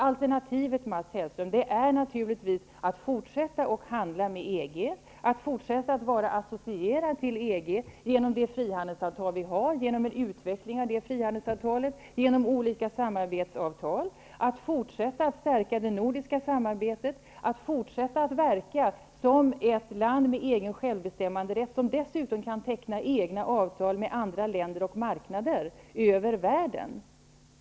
Alternativet är naturligtvis, Mats Hellström, att fortsätta och handla med EG, att fortsätta att vara associerad till EG genom en utveckling av det frihandelsavtal som vi har och genom olika samarbetsavtal, att fortsätta att stärka det nordiska samarbetet och fortsätta att verka som ett land med självbestämmanderätt, ett land som dessutom kan träffa egna avtal med andra länder och marknader världen över.